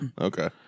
Okay